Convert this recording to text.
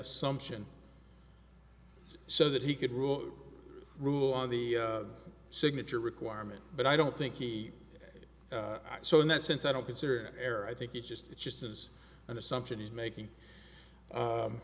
assumption so that he could rule rule on the signature requirement but i don't think he saw in that sense i don't consider air i think it's just it's just as an assumption he's making